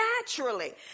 naturally